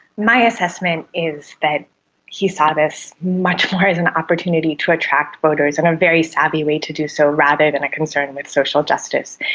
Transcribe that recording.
my assessment is that he saw this much more as an opportunity to attract voters and a very savvy way to do so rather than a concern with social justice.